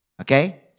Okay